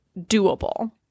doable